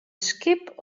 skip